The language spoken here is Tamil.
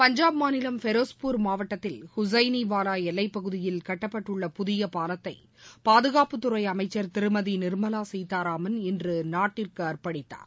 பஞ்சாப் மாநிலம் ஃபெரோஸ்பூர் மாவட்டத்தில் உசைனிவாலா எல்லைப் பகுதியில் கட்டப்பட்டுள்ள புதிய பாலத்தை பாதுகாப்புத்துறை அமைச்ச் திருமதி நிர்மலா சீதாராமன் இன்று நாட்டிற்கு அர்ப்பணித்தார்